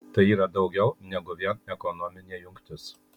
tai yra daugiau negu vien ekonominė jungtis